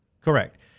Correct